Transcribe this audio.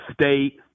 State